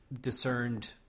discerned